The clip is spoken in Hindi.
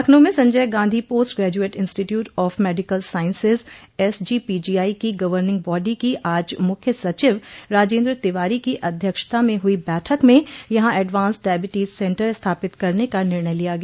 लखनऊ में Sanjay Gandhi post graduate institute of medical sciences SGPGI की गर्वनिंग बॉडी की आज मुख्य सचिव राजेन्द्र तिवारी की अध्यक्षता में हुई बैठक में यहां एडवान्स्ड डायविटीज सेन्टर स्थापित करने का निर्णय लिया गया